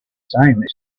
same